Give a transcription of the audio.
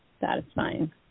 satisfying